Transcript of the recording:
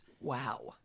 Wow